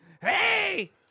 hey